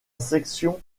section